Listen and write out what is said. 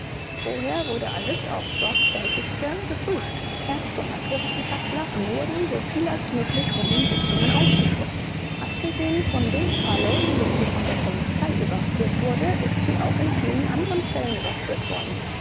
vorher wurde alles aufs sorgfältigste geprüft ärzte und naturwissenschaftler wurden soviel als möglich von den sitzungen ausgeschlossen abgesehen von dem falle in dem sie von der polizei überführt wurde ist sie auch in vielen anderen fällen überführt worden